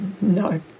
No